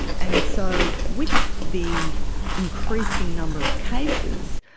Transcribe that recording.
and so with the increasing number of cases,